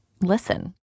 listen